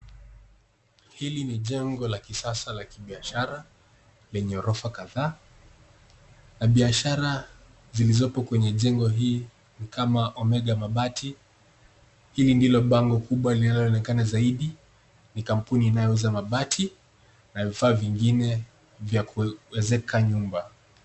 Hili ni jengo la kisasa la kibiashara lenye ghorofa kadhaa na biashara zilizopo kwenye jengo hii ni kama Omega Mabati. Hili ndilo bango kubwa linaloonekana zaidi. Ni kampuni inayouza mabati na vifaa vingine vya kuwezeka nyumba.